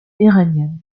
iranienne